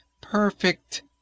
Perfect